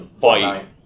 fight